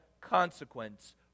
consequence